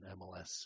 MLS